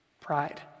Pride